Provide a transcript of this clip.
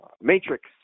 Matrix